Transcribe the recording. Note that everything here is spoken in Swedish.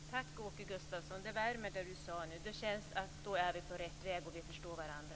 Fru talman! Tack, Åke Gustavsson. Det han nu sade värmer. Det känns att vi är på rätt väg, och vi förstår varandra.